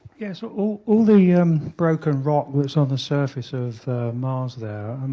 so all all the um broken rock that's on the surface of mars there,